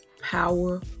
power